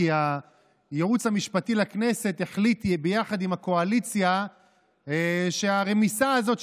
כי הייעוץ המשפטי לכנסת החליט ביחד עם הקואליציה שהרמיסה הזאת,